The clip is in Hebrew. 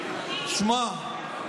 תשמע,